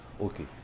Okay